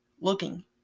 Looking